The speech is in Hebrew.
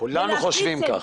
כולנו חושבים כך.